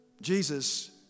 Jesus